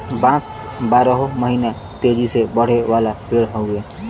बांस बारहो महिना तेजी से बढ़े वाला पेड़ हउवे